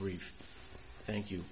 brief thank you